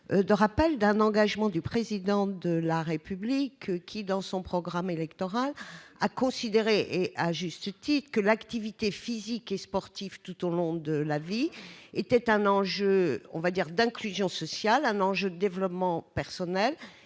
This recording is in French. de rappel d'un engagement de campagne du Président de la République, dont le programme électoral indiquait à juste titre que l'activité physique et sportive tout au long de la vie était un enjeu d'inclusion sociale, de développement personnel